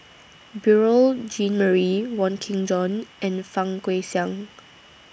Beurel Jean Marie Wong Kin Jong and Fang Guixiang